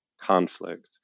conflict